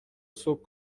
صبح